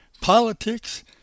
politics